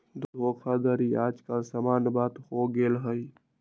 धोखाधड़ी याज काल समान्य बात हो गेल हइ